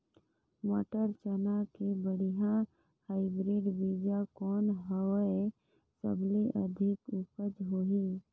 मटर, चना के बढ़िया हाईब्रिड बीजा कौन हवय? सबले अधिक उपज होही?